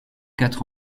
quatre